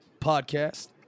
podcast